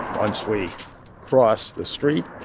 once we cross the street,